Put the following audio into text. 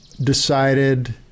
decided